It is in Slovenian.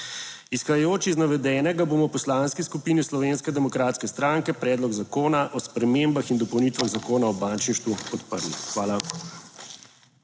Izhajajoč iz navedenega bomo v Poslanski skupini slovenske demokratske stranke. Predlog zakona o spremembah in dopolnitvah Zakona o bančništvu podprli. Hvala.